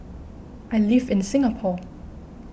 I live in Singapore